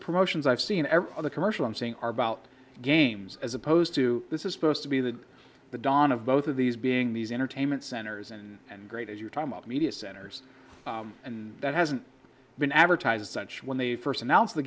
promotions i've seen every commercial i'm seeing are about games as opposed to this is supposed to be the the dawn of both of these being these entertainment centers and and great as your time of media centers and that hasn't been advertised such when they first announced the